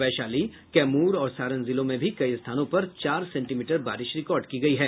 वैशाली कैमुर और सारण जिलों में भी कई स्थानों पर चार सेंटीमीटर बारिश रिकार्ड की गयी है